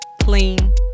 clean